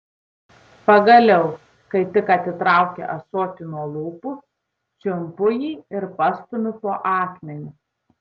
pagaliau kai tik atitraukia ąsotį nuo lūpų čiumpu jį ir pastumiu po akmeniu